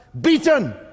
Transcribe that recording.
beaten